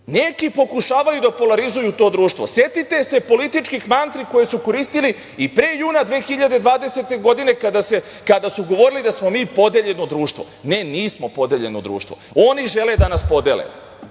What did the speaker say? Neki pokušavaju da polarizuju to društvo. Setite se političkih mantri koje su koristili i pre juna 2020. godine kada su govorili da smo mi podeljeno društvo. Ne, nismo podeljeno društvo. Oni žele da nas podele.